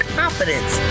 confidence